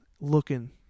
looking